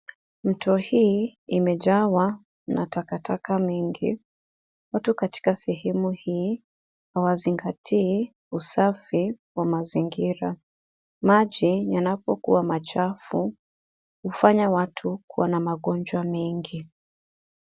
Mto hii imejawa na takataka mengi . Watu katika sehemu hii hawazingatii usafi wa mazingira. Maji yanapokuwa machafu hufanya watu kuwa na magonjwa mengi.